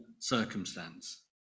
circumstance